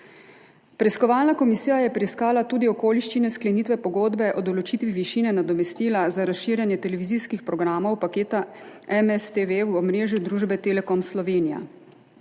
Preiskovalna komisija je preiskala tudi okoliščine sklenitve pogodbe o določitvi višine nadomestila za razširjanje televizijskih programov paketa MSTV v omrežju družbe Telekom Slovenije.